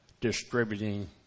distributing